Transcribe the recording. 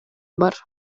бар